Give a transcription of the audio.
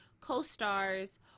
co-stars